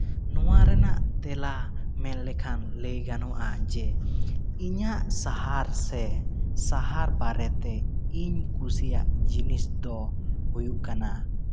ᱱᱚᱣᱟ ᱨᱮᱱᱟᱜ ᱛᱮᱞᱟ ᱢᱮᱱ ᱞᱮᱠᱷᱟᱱ ᱞᱟᱹᱭ ᱜᱟᱱᱚᱜᱼᱟ ᱡᱮ ᱤᱧᱟᱹᱜ ᱥᱟᱦᱟᱨ ᱥᱮ ᱥᱟᱦᱟᱨ ᱵᱟᱨᱮᱛᱮ ᱤᱧ ᱠᱩᱥᱤᱭᱟᱜ ᱡᱤᱱᱤᱥ ᱫᱚ ᱦᱩᱭᱩᱜ ᱠᱟᱱᱟ